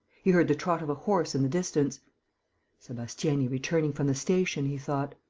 he heard the trot of a horse in the distance sebastiani returning from the station, he thought.